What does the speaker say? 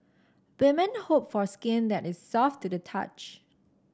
women hope for skin that is soft to the touch